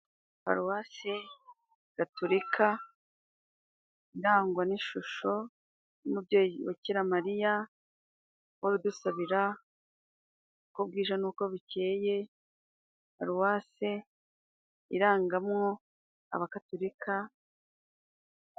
Paruwasi gaturika irangwa n'ishusho y'umubyeyi Bikiramariya, uhora udusabira uko bwije n'uko bukeye. Paruwase irangamwo abagatolika.